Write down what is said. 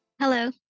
Hello